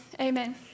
Amen